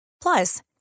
Plus